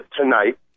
tonight